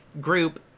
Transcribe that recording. group